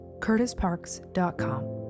curtisparks.com